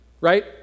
right